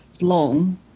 long